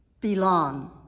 belong